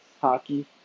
Hockey